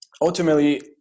ultimately